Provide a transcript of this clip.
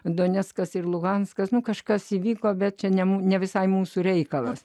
doneckas ir luhanskas nu kažkas įvyko bet čia ne mū ne visai mūsų reikalas